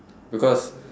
because